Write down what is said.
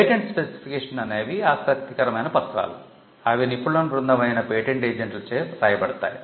patent specification అనేవి ఆసక్తికరమైన పత్రాలు అవి నిపుణుల బృందం అయిన పేటెంట్ ఏజెంట్లచే వ్రాయబడ్తాయి